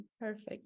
Perfect